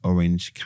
Orange